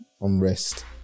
unrest